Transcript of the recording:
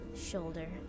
shoulder